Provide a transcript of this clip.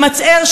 למצער,